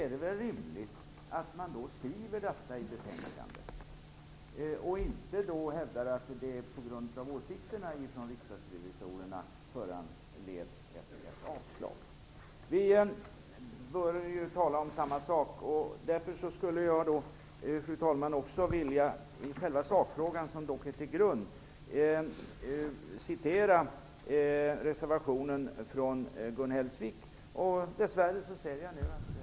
Det är väl rimligt att man skriver detta i betänkandet och inte hävdar att det är åsikterna hos riksdagsrevisorerna som föranleder ett avstyrkande.